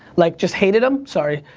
like just hated him, sorry.